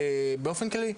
באופן כללי,